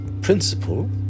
principle